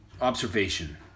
observation